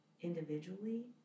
individually